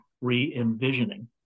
re-envisioning